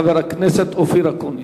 חבר הכנסת אופיר אקוניס.